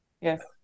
Yes